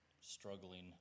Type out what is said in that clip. struggling